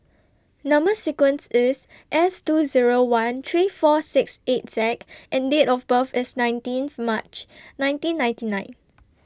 Number sequence IS S two Zero one three four six eight Z and Date of birth IS nineteenth March nineteen ninety nine